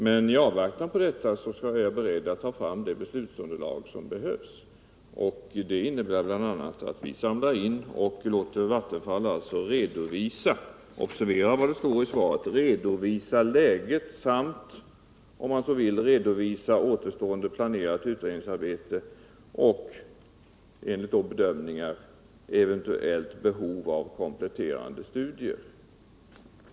Men i avvaktan på detta är jag beredd att ta fram det beslutsunderlag som behövs. Det innebär bl.a. att vi samlar in och låter Vattenfall — observera vad det står i svaret — redovisa läget samt, om man så vill, redovisa återstående planerat utredningsarbete och enligt bedömningar eventuellt behov av kompletterande studier.